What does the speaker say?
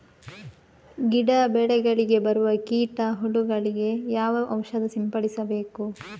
ಗಿಡ, ಬೆಳೆಗಳಿಗೆ ಬರುವ ಕೀಟ, ಹುಳಗಳಿಗೆ ಯಾವ ಔಷಧ ಸಿಂಪಡಿಸಬೇಕು?